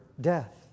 death